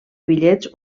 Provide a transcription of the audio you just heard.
bitllets